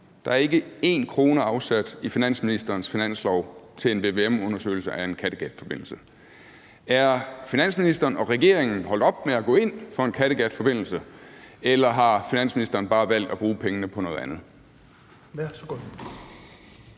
Der er ikke én krone afsat i finansministerens finanslov til en vvm-undersøgelse af en Kattegatforbindelse. Er finansministeren og regeringen holdt op med at gå ind for en Kattegatforbindelse, eller har finansministeren bare valgt at bruge pengene på noget andet?